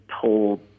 told